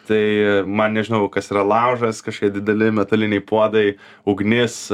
tai man nežinau kas yra laužas kažkokie dideli metaliniai puodai ugnis